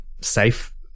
safe